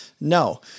No